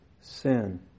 sin